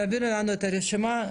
תעבירי לנו את הרשימה,